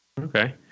Okay